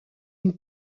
une